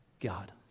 God